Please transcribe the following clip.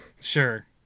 sure